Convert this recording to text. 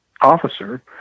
officer